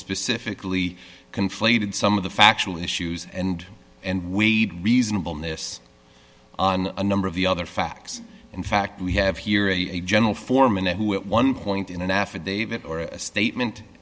specifically conflated some of the factual issues and and we reasonableness on a number of the other facts in fact we have here a general foreman who at one point in an affidavit or a statement